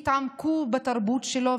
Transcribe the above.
התעמקו בתרבות שלו,